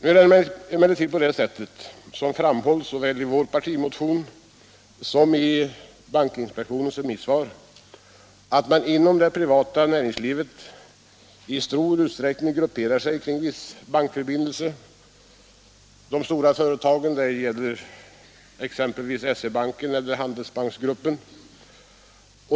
Nu är det emellertid på det sättet, som framhålls såväl i vår partimotion som i bankinspektionens remissvar, att man inom det privata näringslivet i stor utsträckning grupperar sig kring en viss bankförbindelse. För de stora företagen gäller detta exempelvis SE-banken eller Handelsbanksgruppen.